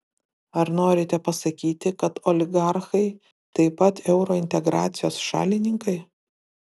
ar norite pasakyti kad oligarchai taip pat eurointegracijos šalininkai